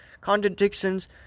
Contradictions